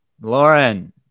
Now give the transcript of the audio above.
lauren